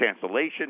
cancellation